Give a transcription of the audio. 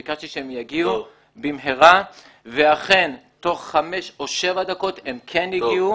ביקשתי שהם יגיעו במהרה ואכן תוך חמש או שבע דקות הם כן הגיעו.